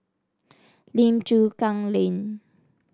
Lim Chu Kang Lane